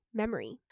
,memory 。